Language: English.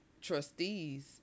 trustees